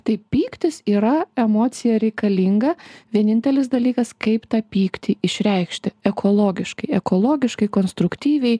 tai pyktis yra emocija reikalinga vienintelis dalykas kaip tą pyktį išreikšti ekologiškai ekologiškai konstruktyviai